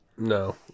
No